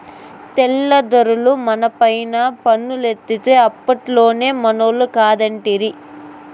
తెల్ల దొరలు మనపైన పన్నులేత్తే అప్పట్లోనే మనోళ్లు కాదంటిరి